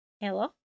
Hello